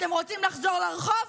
אתם רוצים לחזור לרחוב?